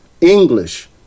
English